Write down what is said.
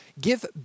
give